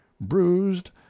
bruised